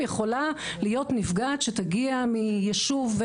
יכולה להיות נפגעת שתגיע מיישוב,